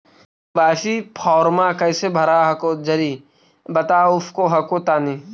KYC फॉर्मा कैसे भरा हको जी बता उसको हको तानी?